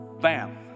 Bam